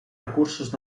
recursos